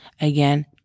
again